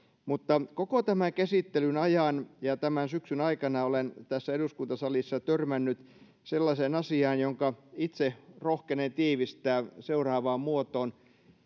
koko tämän käsittelyn ajan ja tämän syksyn aikana olen tässä eduskuntasalissa törmännyt sellaiseen asiaan jonka itse rohkenen tiivistää seuraavaan muotoon